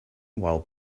while